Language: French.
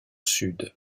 sud